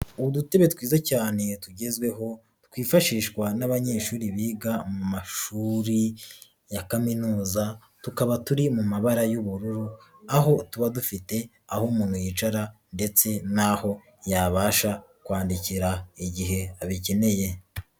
Udutebe twiza cyane tugezweho, twifashishwa n'abanyeshuri biga mu mashuri ya kaminuza tukaba turi mu mabara y'ubururu, aho tuba dufite aho umuntu yicara ndetse n'aho yabasha kwandikira igihe abikeneye.